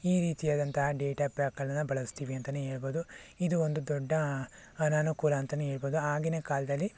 ಈ ರೀತಿ ಆದಂತಹ ಡೇಟಾ ಪ್ಯಾಕ್ಗಳನ್ನು ಬಳಸ್ತೀವಿ ಅಂತಾನೇ ಹೇಳ್ಬೋದು ಇದು ಒಂದು ದೊಡ್ಡ ಅನನುಕೂಲ ಅಂತಾನೇ ಹೇಳ್ಬೋದು ಆಗಿನ ಕಾಲದಲ್ಲಿ